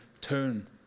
turn